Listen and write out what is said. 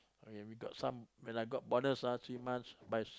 okay we got some when I got bonus ah three months buys